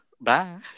Bye